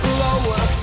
Lower